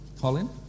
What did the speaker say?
Colin